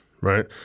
right